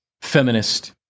feminist